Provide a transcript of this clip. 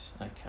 okay